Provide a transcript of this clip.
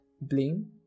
blame